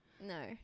No